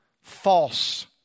false